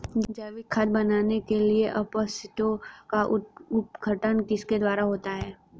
जैविक खाद बनाने के लिए अपशिष्टों का अपघटन किसके द्वारा होता है?